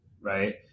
right